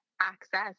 access